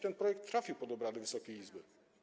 Ten projekt trafił pod obrady Wysokiej Izby.